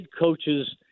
coaches